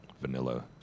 vanilla